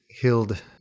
Hild